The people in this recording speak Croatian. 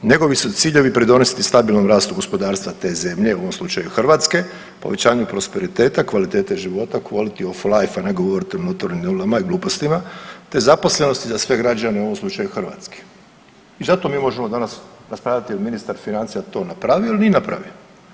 Njegovi su ciljevi pridonesti stabilnom rastu gospodarstva te zemlje, u ovom slučaju Hrvatske, povećanju prosperiteta, kvalitete života, quality of life, a ne govoriti o notornim nulama i glupostima te zaposlenosti za sve građane, u ovom slučaju Hrvatske i zato mi možemo danas raspravljati jel ministar financija to napravio ili nije napravio.